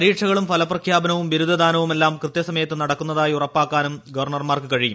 പരീക്ഷകളും ഫലപ്രഖ്യാപനവും ബിരുദദാനവുമെല്ലാം കൃത്യസമയത്ത് നടക്കുന്നതായി ഉറപ്പാക്കാനും ഗവർണർമാർക്ക് കഴിയും